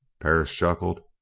perris chuckled